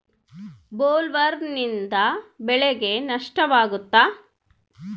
ಬೊಲ್ವರ್ಮ್ನಿಂದ ಬೆಳೆಗೆ ನಷ್ಟವಾಗುತ್ತ?